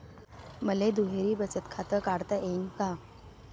मले दुहेरी बचत खातं काढता येईन का?